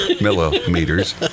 millimeters